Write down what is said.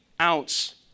ounce